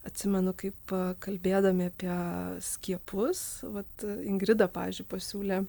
atsimenu kaip kalbėdami apie skiepus vat ingrida pavyzdžiui pasiūlė